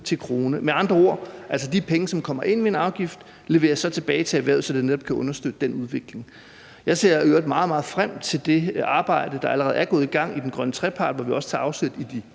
til krone. Med andre ord leveres de penge, som kommer ind ved en afgift, så tilbage til erhvervet, så det netop kan understøtte den udvikling. Jeg ser i øvrigt meget, meget frem til det arbejde, der allerede er gået i gang i den grønne trepart, hvor vi også tager afsæt i de